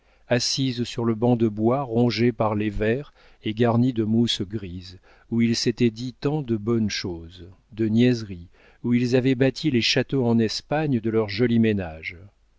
assise sur le banc de bois rongé par les vers et garni de mousse grise où ils s'étaient dit tant de bonnes choses de niaiseries où ils avaient bâti les châteaux en espagne de leur joli ménage